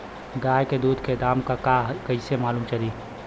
गाय के दूध के दाम का ह कइसे मालूम चली?